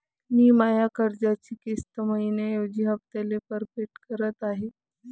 मी माया कर्जाची किस्त मइन्याऐवजी हप्त्याले परतफेड करत आहे